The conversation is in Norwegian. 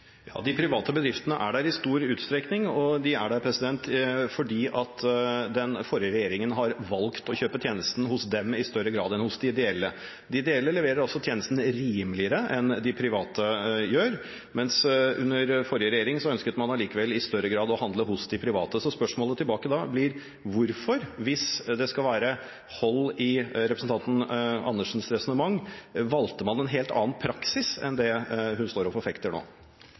Ja, de private bedriftene er der i stor utstrekning, og de er der fordi den forrige regjeringen valgte å kjøpe tjenesten hos dem i større grad enn hos de ideelle. De ideelle leverer også tjenestene rimeligere enn de private gjør, mens under den forrige regjeringen ønsket man allikevel i større grad å handle hos de private. Så spørsmålet tilbake blir: Hvorfor – hvis det skal være hold i representanten Andersens resonnement – valgte man en helt annen praksis enn det hun står og forfekter nå?